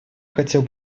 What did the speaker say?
хотел